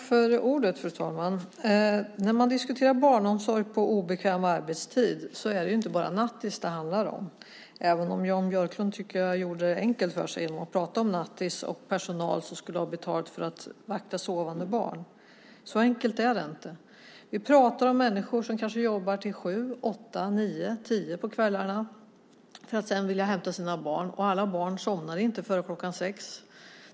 Fru talman! När man diskuterar barnomsorg på obekväm arbetstid är det inte bara nattis det handlar om. Jag tycker att Jan Björklund gjorde det enkelt för sig genom att bara prata om nattis och personal som skulle ha betalt för att vakta sovande barn. Så enkelt är det inte. Vi pratar om människor som kanske jobbar till sju, åtta, nio eller tio på kvällarna för att sedan vilja hämta sina barn. Alla barn somnar inte heller före klockan sex.